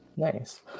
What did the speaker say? Nice